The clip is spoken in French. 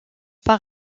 par